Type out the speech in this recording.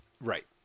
Right